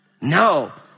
No